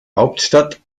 hauptstadt